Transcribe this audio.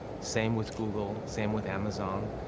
same with google, same with amazon.